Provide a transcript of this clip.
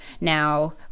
now